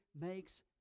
makes